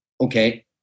Okay